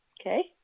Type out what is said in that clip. Okay